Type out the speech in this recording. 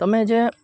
તમે જે